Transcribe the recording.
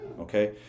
okay